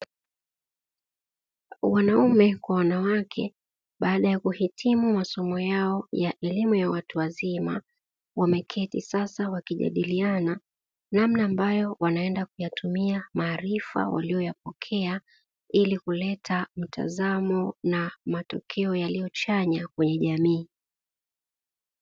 Wanaume kwa wanawake baada ya kuhitimu masomo ya elimu ya watu wazima, wameketi sasa wakijadiliana namna ambayo wanaenda kuyatumia maarifa waliyoyapokea, ili kuleta mtazamo na matokeo yaliyo chanya kwenye jamii.